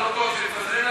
על זה.